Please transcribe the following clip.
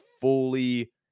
fully